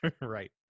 Right